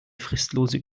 fristlose